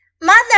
Mother